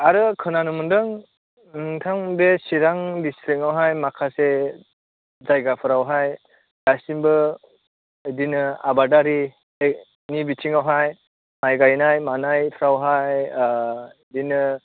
आरो खोनानो मोन्दों नोंथां बे चिरां डिस्ट्रिकआवहाय माखासे जायगाफोरावहाय दासिमबो बिदिनो आबादारिनि बिथिङावहाय माइ गायनाय मानायफ्रावहाय बिदिनो